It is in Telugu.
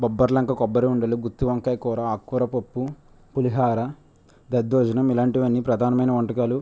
బొబ్బరలంక కొబ్బరి ఉండలు గుత్తి వంకాయ ఆకుకూర పప్పు పులిహార దద్దోజనం ఇలాంటివన్నీ ప్రధానమైన వంటకాలు